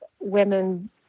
women